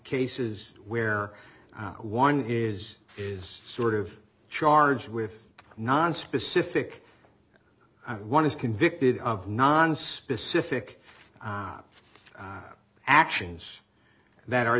cases where one is is sort of charged with nonspecific one is convicted of non specific actions that are